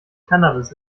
cannabis